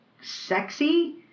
sexy